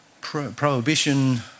prohibition